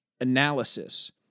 analysis